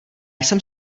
jsem